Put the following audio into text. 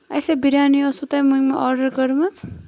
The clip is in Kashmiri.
اَسے بَریانیِ ٲسوٕ تۄہہِ مٔنٛجمٕژ آرڈَر کٔرمٕژ